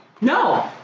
No